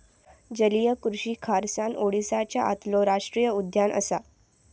जलीय कृषि खारसाण ओडीसाच्या आतलो राष्टीय उद्यान असा